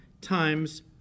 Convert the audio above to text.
times